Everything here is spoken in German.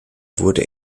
wurde